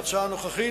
להצעה הנוכחית,